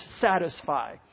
satisfy